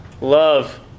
Love